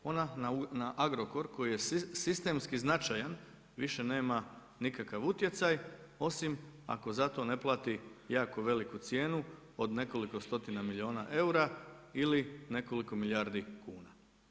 Ona na Agrokor koji je sistemski značajan više nema nikakav utjecaj osim ako za to ne plati jako veliku cijenu od nekoliko stotina milijuna eura ili nekoliko milijardi kuna.